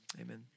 amen